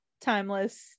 timeless